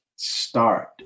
Start